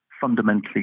fundamentally